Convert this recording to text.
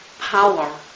power